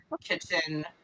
kitchen